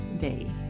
day